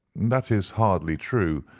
that is hardly true.